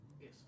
Yes